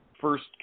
first